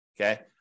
Okay